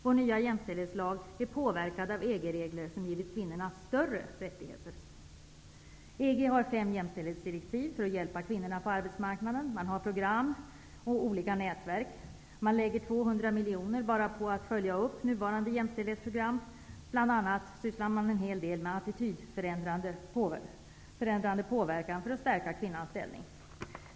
Vår nya jämställdhetslag är påverkad av de EG-regler som givit kvinnorna större rättigheter. EG har fem jämställdhetsdirektiv för att hjälpa kvinnorna på arbetsmarknaden. Man har program och olika nätverk, och man avsätter 200 miljoner på att bara följa upp nuvarande jämställdhetsprogram, bl.a. genom attitydförändrande påverkan för att stärka kvinnans ställning.